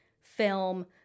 film